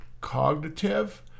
cognitive